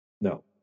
No